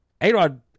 A-Rod